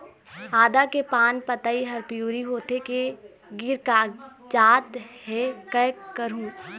आदा के पान पतई हर पिवरी होथे के गिर कागजात हे, कै करहूं?